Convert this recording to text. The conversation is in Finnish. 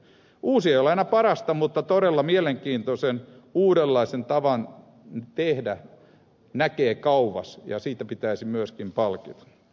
uusi ei ole aina parasta mutta todella mielenkiintoisen uudenlaisen tavan tehdä näkee kauas ja siitä pitäisi myöskin palkita